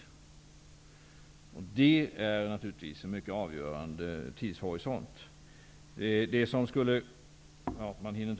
Det är naturligtvis en mycket avgörande tidshorisont.